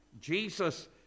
Jesus